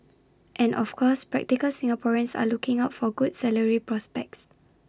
and of course practical Singaporeans are looking out for good salary prospects